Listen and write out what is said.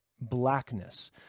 blackness